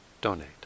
donate